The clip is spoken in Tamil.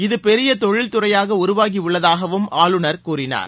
இது பெரிய தொழில்துறையாக உருவாகியுள்ளதாகவும் ஆளுநர் கூறினார்